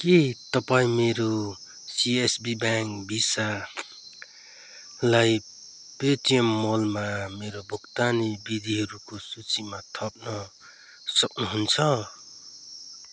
के तपाईँ मेरो सिएसबी ब्याङ्क भिसा लाई पेटिएम मलमा मेरो भुक्तानी विधिहरूको सूचीमा थप्न सक्नुहुन्छ